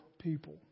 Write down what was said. people